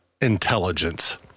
intelligence